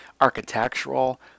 architectural